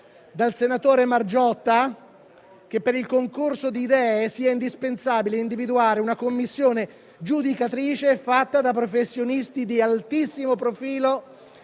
dal senatore Margiotta, ovvero che per il concorso di idee sia indispensabile individuare una commissione giudicatrice fatta da professionisti di altissimo profilo